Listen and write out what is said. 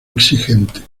exigente